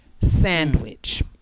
sandwich